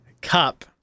Cup